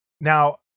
Now